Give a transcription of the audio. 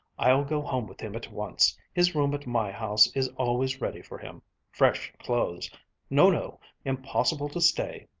i'll go home with him at once! his room at my house is always ready for him fresh clothes no, no impossible to stay!